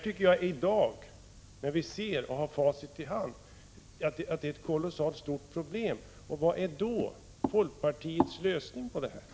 I dag, när vi har facit i hand, tycker jag att detta är ett kolossalt stort problem. Vilken är folkpartiets lösning på detta problem?